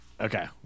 Okay